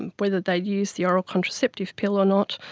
and whether they had used the oral contraceptive pill or not,